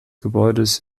gebäudes